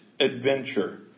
adventure